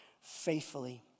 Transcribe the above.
faithfully